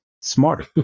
smarter